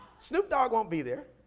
snoop dogg won't be there,